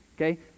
okay